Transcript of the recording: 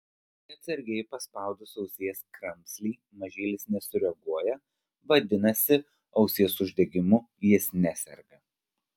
jei atsargiai paspaudus ausies kramslį mažylis nesureaguoja vadinasi ausies uždegimu jis neserga